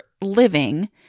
living